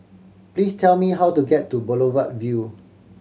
please tell me how to get to Boulevard Vue